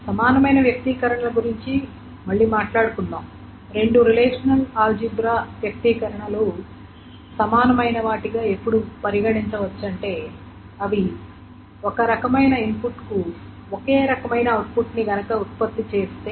సమానమైన వ్యక్తీకరణల గురించి మళ్ళీ మాట్లాడుకుందాం రెండు రిలేషనల్ ఆల్జీబ్రా వ్యక్తీకరణలు సమానమైన వాటిగా ఎప్పుడు పరిగణించవచ్చంటే అవి ఒకే రకమైన ఇన్పుట్ కు ఒకే రకమైన ఔట్పుట్ ని గనుక ఉత్పత్తి చేస్తే